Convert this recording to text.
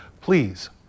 Please